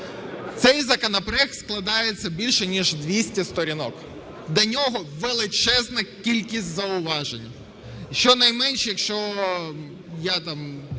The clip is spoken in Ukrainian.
Цей законопроект складається більше ніж з 200 сторінок. До нього величезна кількість зауважень. Щонайменше, якщо я не